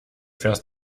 fährst